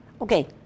okay